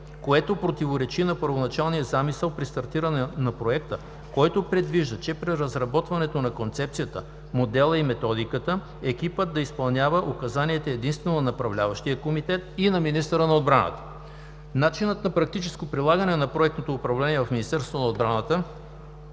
което противоречи на първоначалния замисъл при стартиране на проекта, който предвижда, че при разработването на концепцията, модела и методиката екипът да изпълнява указанията единствено на Направляващия комитет и на министъра на отбраната. Начинът на практическо прилагане на проектното управление в Министерството на отбраната